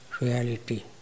reality